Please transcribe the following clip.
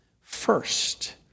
first